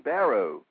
Barrow